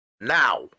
now